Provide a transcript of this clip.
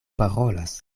parolas